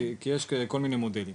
כי יש כל מיני מודלים.